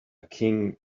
king